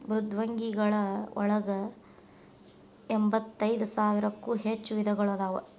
ಮೃದ್ವಂಗಿಗಳ ಒಳಗ ಎಂಬತ್ತೈದ ಸಾವಿರಕ್ಕೂ ಹೆಚ್ಚ ವಿಧಗಳು ಅದಾವ